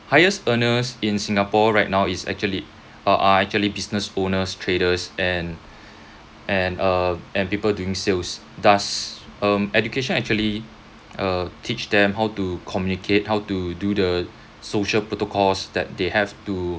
highest earners in singapore right now is actually uh are actually business owners traders and and uh and people doing sales does um education actually uh teach them how to communicate how to do the social protocols that they have to